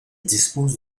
dispose